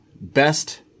best